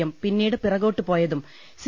M പിന്നീട് പിറകോട്ട് പോയതും സി